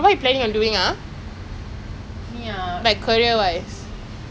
I saw like people on Instagram all take picture with them I damn jealous leh